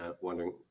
wondering